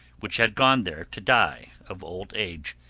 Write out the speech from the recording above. which had gone there to die of old age.